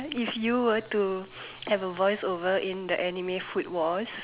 if you were to have a voice over in the anime food Wars